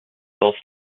both